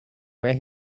where